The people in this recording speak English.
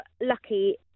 lucky